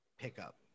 pickup